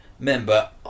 member